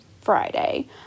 Friday